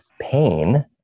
pain